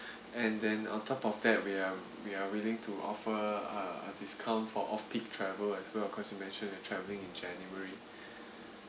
and then on top of that we are we are willing to offer a discount for off peak travel as well cause you mentioned you're travelling in january